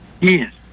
Yes